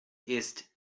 ist